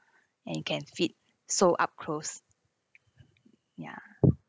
and can feed so up close ya